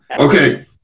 Okay